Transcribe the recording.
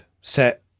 set